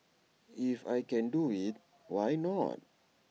if I can do IT why not